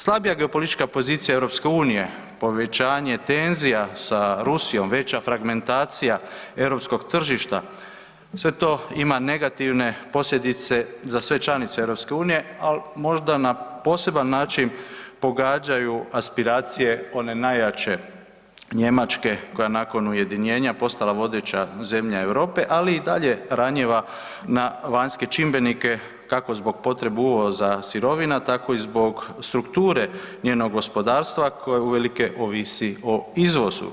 Slabija geopolitička pozicija EU, povećanje tenzija sa Rusijom, veća fragmentacija europskog tržišta sve to ima negativne posljedice za sve članice EU, al možda na poseban način pogađaju aspiracije one najjače Njemačke koja je nakon ujedinjena postala vodeća zemlja Europe, ali i dalje ranjiva na vanjske čimbenike kako zbog potrebe uvoza sirovina tako i zbog strukture njenog gospodarstva koje uvelike ovisi o izvozu.